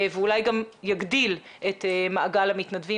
ואולי גם יגדיל את מעגל המתנדבים,